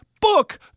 book